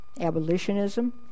abolitionism